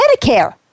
Medicare